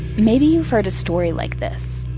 maybe you've heard a story like this,